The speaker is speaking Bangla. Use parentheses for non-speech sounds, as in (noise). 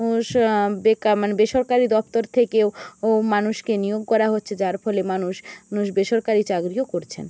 ও (unintelligible) বেকার মানে বেসরকারি দপ্তর থেকেও মানুষকে নিয়োগ করা হচ্ছে যার ফলে মানুষ মানুষ বেসরকারি চাকরিও করছেন